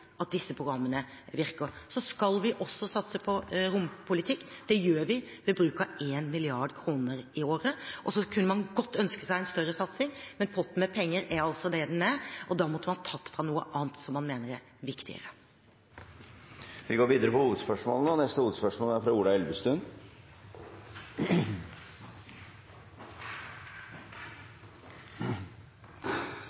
at disse programmene virker. Så skal vi også satse på rompolitikk. Det gjør vi ved bruk av 1 mrd. kr i året. Man kunne godt ønske seg en større satsing, men potten med penger er altså det den er, og da måtte man tatt fra noe annet som man mener er viktigere. Vi går videre til neste hovedspørsmål. Mitt spørsmål går til samferdselsministeren. I henhold til Parisavtalen er